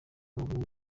w’amaguru